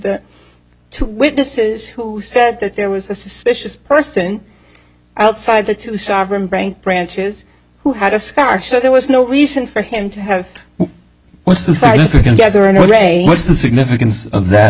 the two witnesses who said that there was a suspicious person outside the two sovereign bank branches who had a scarf so there was no reason for him to have what's this i think you can get there anyway what's the significance of that